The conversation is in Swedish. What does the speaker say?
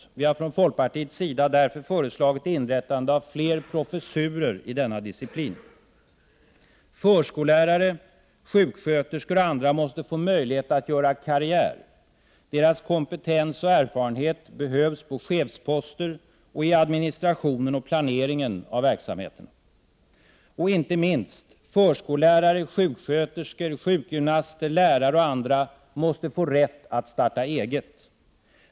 Vi har från folkpartiets sida därför föreslagit inrättande av fler professurer i denna disciplin. Förskollärare, sjuksköterskor och andra måste få möjlighet att göra karriär. Deras kompetens och erfarenhet behövs på chefsposter och i administrationen och planeringen av verksamheten. Och, inte minst, förskollärare, sjuksköterskor, sjukgymnaster, lärare och andra måste få rätt att starta eget.